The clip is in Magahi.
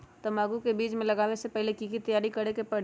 तंबाकू के बीज के लगाबे से पहिले के की तैयारी करे के परी?